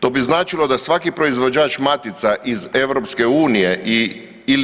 To bi značilo da svaki proizvođač matica iz EU-a i/